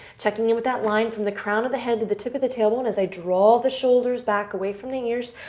checking in with that line from the crown of the head to the tip of the tailbone as i draw the shoulders back away from the ears.